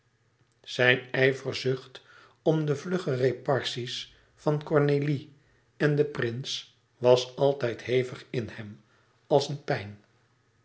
zijn ijverzucht om de vlugge repartie's van cornélie en den prins was altijd hevig in hem als een pijn